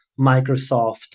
Microsoft